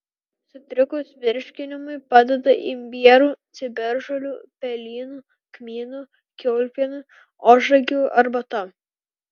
sutrikus virškinimui padeda imbierų ciberžolių pelynų kmynų kiaulpienių ožragių arbata